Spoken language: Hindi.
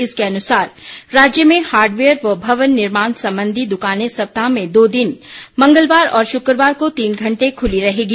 इसके अनुसार राज्य में हार्डवेयर व भवन निर्माण संबंधी दुकानें सप्ताह में दो दिन मंगलवार और शुक्रवार को तीन घंटे खुली रहेंगी